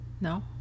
no